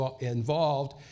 involved